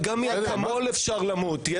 אבל גם מאקמול אפשר למות.